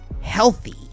healthy